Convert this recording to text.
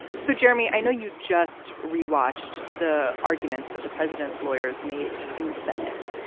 so, jeremy, i know you just rewatched the arguments that the president's lawyers made in the senate.